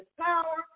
power